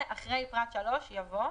ואחרי פרט (3) יבוא: